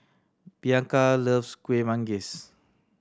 Bianca loves Kueh Manggis